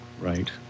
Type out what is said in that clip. Right